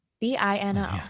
B-I-N-O